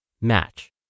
match